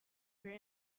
for